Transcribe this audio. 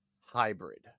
hybrid